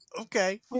okay